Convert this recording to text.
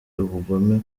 ubugome